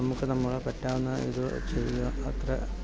നമുക്ക് നമ്മളെ പറ്റാവുന്ന ഇത് ചെയ്യാവുന്നത്ര